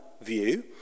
view